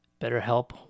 BetterHelp